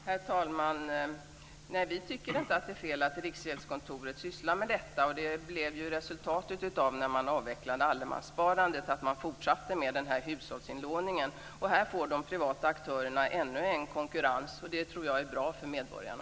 Herr talman! Vi tycker inte att det är fel att Riksgäldskontoret sysslar med detta, och resultatet av avvecklingen av allemanssparandet blev ju att man fortsatte med hushållsinlåningen. Här får de privata aktörerna ännu en konkurrent, och det tror jag är bra för medborgarna.